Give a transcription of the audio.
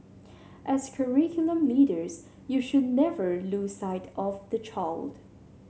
as curriculum leaders you should never lose sight of the child